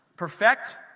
Perfect